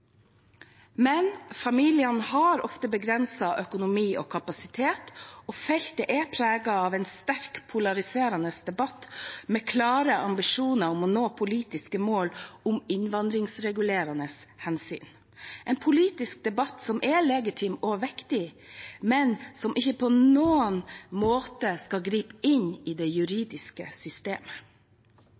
Men familiene har ofte begrenset økonomi og kapasitet, og feltet er preget av en sterkt polariserende debatt med klare ambisjoner om å nå politiske mål om innvandringsregulerende hensyn – en politisk debatt som er legitim og viktig, men som ikke på noen måte skal gripe inn i det juridiske systemet.